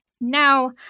Now